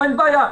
אין בעיה.